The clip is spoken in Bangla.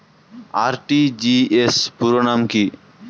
আর.টি.জি.এস পুরো নাম কি?